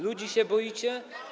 Ludzi się boicie?